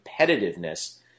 competitiveness